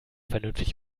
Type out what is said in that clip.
vernünftig